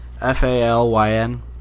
F-A-L-Y-N